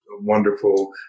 wonderful